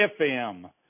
FM